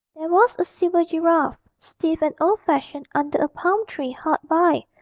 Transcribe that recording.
there was a silver giraffe, stiff and old-fashioned, under a palm-tree hard by,